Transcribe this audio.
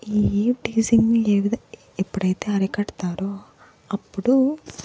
ఈ ఈవ్ టీజింగ్ని ఏ విధ ఎప్పుడైతే అరికడతారో అప్పుడు